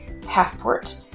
passport